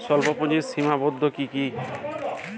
স্বল্পপুঁজির সীমাবদ্ধতা কী কী?